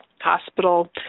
hospital